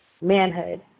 manhood